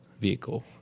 vehicle